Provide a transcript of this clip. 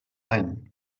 any